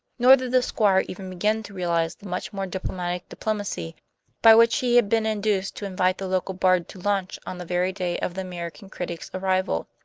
nor did the squire even begin to realize the much more diplomatic diplomacy by which he had been induced to invite the local bard to lunch on the very day of the american critic's arrival.